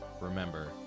remember